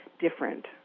different